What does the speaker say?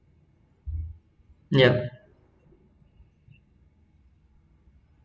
yeah